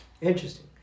Interesting